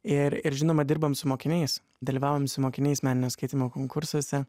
ir ir žinoma dirbant su mokiniais dalyvavom su mokiniais meninio skaitymo konkursuose